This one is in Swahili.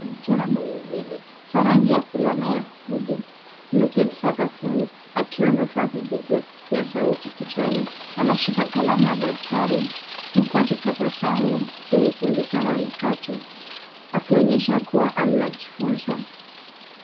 Msichana mwenye nywele za rangi ya fulana ya hudi, ameketi sakafuni, akiwa amevaa vipokea sauti kichwani. Anashika kalamu na daftari, huku akitabasamu kwenye kompyuta ya mkato, akionyesha kuwa anajifunza.